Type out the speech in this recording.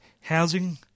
housing